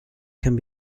can